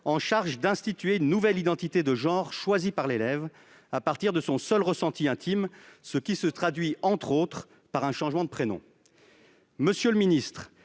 en charge d'instituer une nouvelle identité de genre choisi par l'élève à partir de son seul ressenti intime, ce qui se traduit, entre autres, par un changement de prénom.